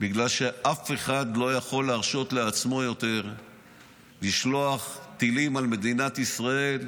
בגלל שאף אחד לא יכול להרשות לעצמו יותר לשלוח טילים על מדינת ישראל,